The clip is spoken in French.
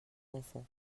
enfants